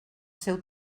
seu